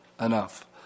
enough